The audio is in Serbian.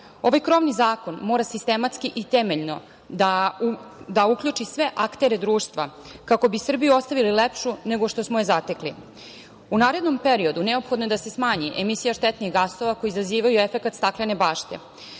EU.Ovaj krovni zakon mora sistematski i temeljno da uključi sve aktere društva kako bi Srbiju ostavili lepšu nego što smo je zatekli.U narednom periodu neophodno je da se smanji emisija štetnih gasova koji izazivaju efekat staklene